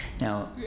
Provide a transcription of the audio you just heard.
Now